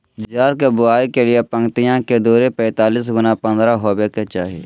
ज्वार के बुआई के लिए पंक्तिया के दूरी पैतालीस गुना पन्द्रह हॉवे के चाही